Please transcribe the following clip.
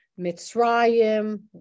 Mitzrayim